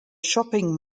shopping